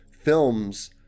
films